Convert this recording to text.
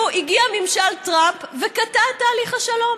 הגיע ממשל טראמפ וקטע את תהליך השלום.